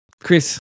Chris